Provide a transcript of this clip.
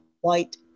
white